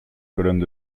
colonnes